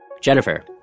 Jennifer